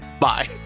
Bye